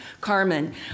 Carmen